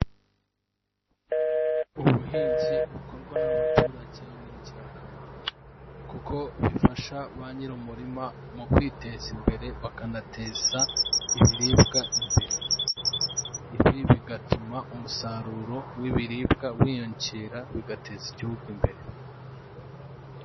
Ubuhinzi bukorwa n'abaturage ni ingirakamaro kuko bifasha ba nyiri umurima mu kwiteza imbere bakanateza ibiribwa imbere, ibi bigatuma umusaruro w'ibiribwa wiyongera bigateza igihugu imbere.